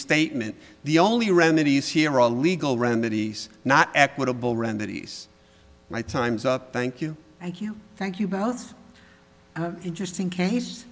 restatement the only remedies here are legal remedies not equitable remedies my time's up thank you thank you thank you both interesting case